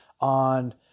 on